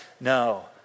No